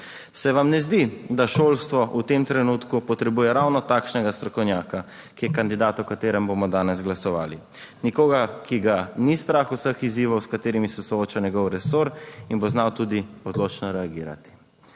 Se vam ne zdi, da šolstvo v tem trenutku potrebuje ravno takšnega strokovnjaka, ki je kandidat, o katerem bomo danes glasovali. Nekoga, ki ga ni strah vseh izzivov, s katerimi se sooča njegov resor in bo znal tudi odločno reagirati.